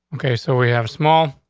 okay, so we have small.